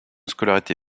scolarité